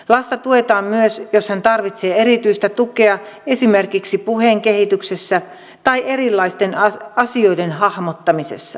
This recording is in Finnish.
lasta tuetaan myös jos hän tarvitsee erityistä tukea esimerkiksi puheen kehityksessä tai erilaisten asioiden hahmottamisessa